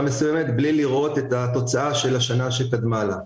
מסוימת בלי לראות את התוצאה של השנה שקדמה לה.